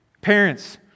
Parents